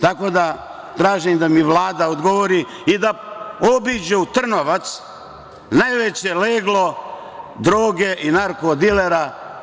Tražim da mi Vlada odgovori i da obiđu Trnovac, najveće leglo droge i narko dilera.